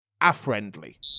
A-friendly